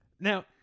now